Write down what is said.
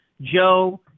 Joe